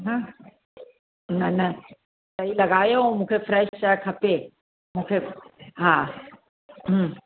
हं न न सही लॻायो ऐं मूंखे फ़्रैश शइ खपे मूंखे हा हम्म